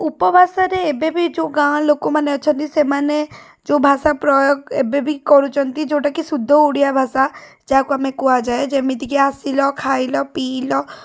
ଉପଭାଷାରେ ଏବେ ବି ଯେଉଁ ଗାଁ ଲୋକମାନେ ଅଛନ୍ତି ସେମାନେ ଯେଉଁ ଭାଷା ପ୍ରୟୋଗ ଏବେ ବି କରୁଛନ୍ତି ଯେଉଁଟାକି ଶୁଦ୍ଧ ଓଡ଼ିଆ ଭାଷା ଯାହାକୁ ଆମେ କୁହାଯାଏ ଯେମିତିକି ଆସିଲ ଖାଇଲ ପିଇଲ